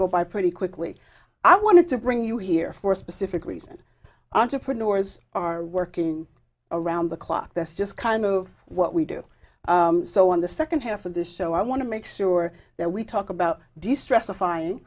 go by pretty quickly i want to bring you here for a specific reason entrepreneurs are working around the clock that's just kind of what we do so in the second half of this show i want to make sure that we talk about distress t